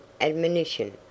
admonition